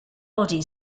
body